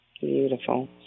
Beautiful